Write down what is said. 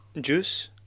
juice